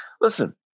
Listen